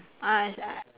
ah